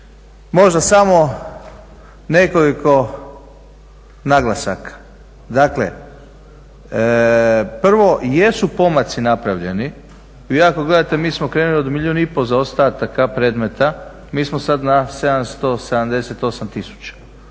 Možda samo nekoliko naglasaka, dakle prvo jesu pomaci napravljeni. Vi ako gledate mi smo krenuli od milijun i pol zaostataka predmeta mi smo sada na 778 tisuća,